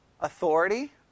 Authority